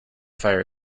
fire